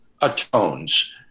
atones